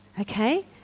Okay